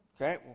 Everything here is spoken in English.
Okay